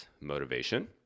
motivation